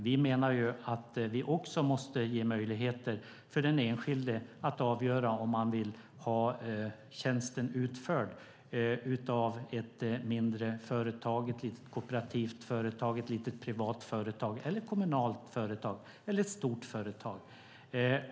Vi menar att vi också måste ge möjligheter för den enskilde att avgöra om man vill ha tjänsten utförd av ett mindre företag, till exempel ett litet kooperativt företag, ett litet privat företag eller ett kommunalt företag, eller ett stort företag.